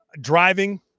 driving